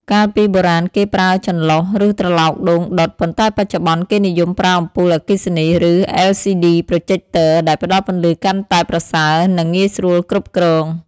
កាលពីបុរាណគេប្រើចន្លុះ ឬត្រឡោកដូងដុត ប៉ុន្តែបច្ចុប្បន្នគេនិយមប្រើអំពូលអគ្គិសនី ឬ LCD Projector ដែលផ្តល់ពន្លឺកាន់តែប្រសើរ និងងាយស្រួលគ្រប់គ្រង។